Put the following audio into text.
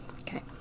Okay